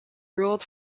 ruled